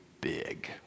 big